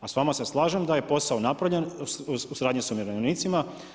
A s vama se slažem da je posao napravljen u suradnji sa umirovljenicima.